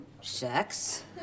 sex